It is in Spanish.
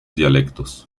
dialectos